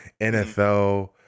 NFL